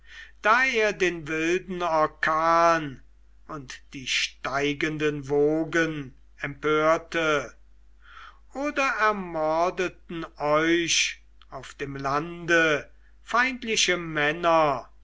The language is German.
da er den wilden orkan und die steigenden wogen empörte oder ermordeten euch auf dem lande feindliche männer